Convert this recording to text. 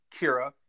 Kira